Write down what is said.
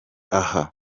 aha